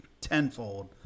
tenfold